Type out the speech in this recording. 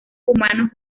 humanos